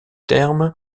terme